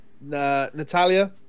Natalia